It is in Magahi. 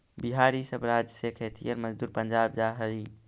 बिहार इ सब राज्य से खेतिहर मजदूर पंजाब जा हई